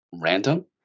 random